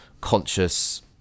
conscious